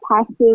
Passive